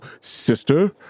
sister